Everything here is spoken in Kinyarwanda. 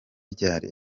ryari